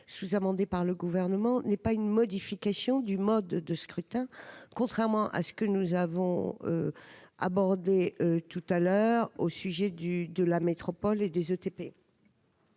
sous-amendé par le gouvernement n'est pas une modification du mode de scrutin, contrairement à ce que nous avons abordé tout à l'heure au sujet du de la métropole et des ETP.